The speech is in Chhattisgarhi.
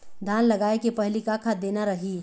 धान लगाय के पहली का खाद देना रही?